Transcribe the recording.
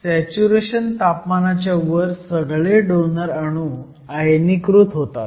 saturation तापमानाच्या वर सगळे डोनर अणू आयनीकृत होतात